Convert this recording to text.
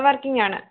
വര്ക്കിങ്ങാണ്